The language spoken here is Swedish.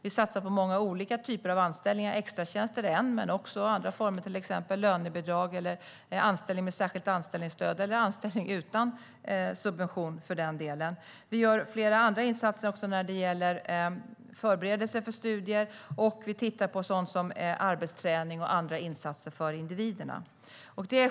Vi satsar på många olika typer av anställningar, och extratjänster är en. Men det handlar också om andra former, till exempel lönebidrag eller anställning med särskilt anställningsstöd eller för den delen anställning utan subvention. Vi gör också flera andra insatser när det gäller förberedelser för studier, och vi tittar på arbetsträning och andra insatser för individerna.